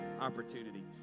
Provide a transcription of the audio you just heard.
opportunity